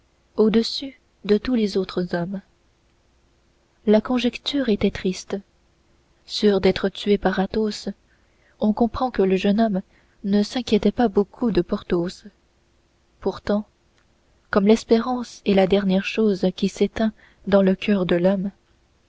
au-dessus de tous les autres hommes la conjecture était triste sûr d'être tué par athos on comprend que le jeune homme ne s'inquiétait pas beaucoup de porthos pourtant comme l'espérance est la dernière chose qui s'éteint dans le coeur de l'homme